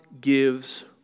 gives